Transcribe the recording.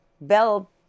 bell